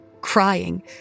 crying